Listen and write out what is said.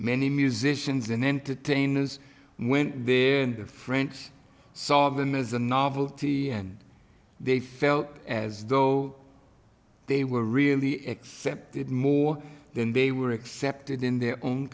many musicians in entertainers went there and the french saw them as a novelty and they felt as though they were really accepted more than they were accepted in their own